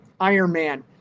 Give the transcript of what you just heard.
Ironman